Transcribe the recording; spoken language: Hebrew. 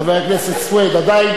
חבר הכנסת סוייד,